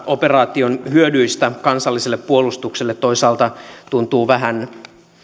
operaation hyödyistä kansalliselle puolustukselle toisaalta tuntuu vähän